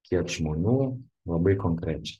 kiek žmonių labai konkrečiai